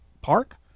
Park